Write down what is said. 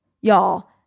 Y'all